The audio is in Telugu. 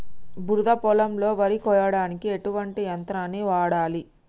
బురద పొలంలో వరి కొయ్యడానికి ఎటువంటి యంత్రాన్ని వాడాలి?